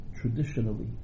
traditionally